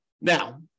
Now